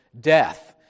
death